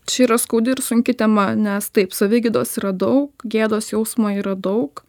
čia yra skaudi ir sunki tema nes taip savigydos yra daug gėdos jausmo yra daug